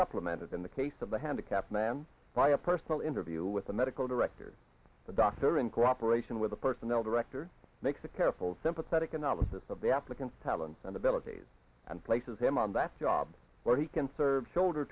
supplemented in the case of the handicapped man by a personal interview with the medical director the doctor in cooperation with the personnel director makes a careful sympathetic analysis of the applicant's talents and abilities and places him on that job where he can serve shoulder